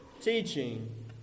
teaching